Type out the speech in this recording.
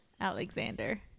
alexander